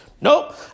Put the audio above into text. Nope